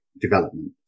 development